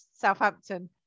Southampton